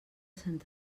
sant